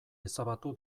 ezabatu